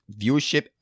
viewership